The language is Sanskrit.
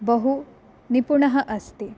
बहु निपुणः अस्ति